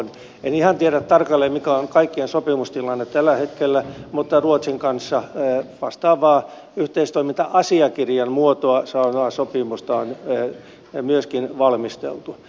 en ihan tiedä tarkalleen mikä on kaikkien sopimustilanne tällä hetkellä mutta ruotsin kanssa vastaavaa yhteistoiminta asiakirjan muotoa sanotaan sopimusta on myöskin valmisteltu